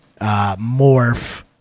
Morph